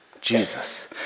Jesus